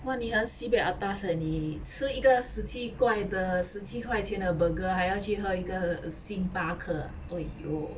!wah! 你很 sibei atas leh 你吃一个十七的十七块的 burger 还要去喝星巴克 !aiyo!